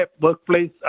workplace